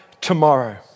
tomorrow